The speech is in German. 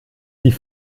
die